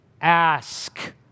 ask